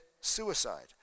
suicide